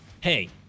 Hey